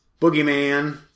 Boogeyman